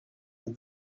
that